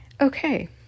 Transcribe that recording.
Okay